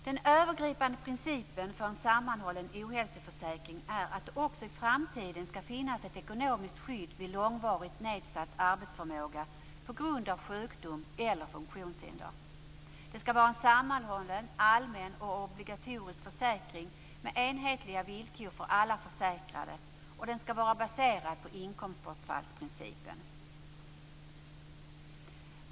Den övergripande principen för en sammanhållen ohälsoförsäkring är att det också i framtiden skall finnas ett ekonomiskt skydd vid långvarigt nedsatt arbetsförmåga på grund av sjukdom eller funktionshinder. Det skall vara en sammanhållen, allmän och obligatorisk försäkring med enhetliga villkor för alla försäkrade, och den skall vara baserad på inkomstbortfallsprincipen.